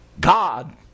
God